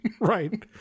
Right